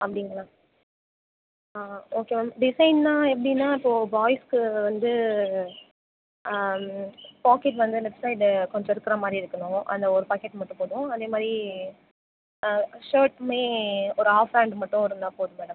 அப்படிங்களா ஆ okay ma'am டிசைன்னா எப்படின்னா இப்போ பாய்ஸ்க்கு வந்து பாக்கெட் வந்து லெஃப்ட் சைடு கொஞ்சம் இருக்குற மாதிரி இருக்கணும் அந்த ஒரு பாக்கெட் மட்டும் போதும் அதே மாதிரி ஷர்ட்டுமே ஒரு ஹாஃப் ஹேண்டு மட்டும் இருந்தால் போதும் மேடம்